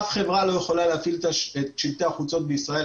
אף חברה לא יכולה להפעיל את שלטי החוצות בישראל,